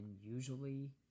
usually